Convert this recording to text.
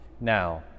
Now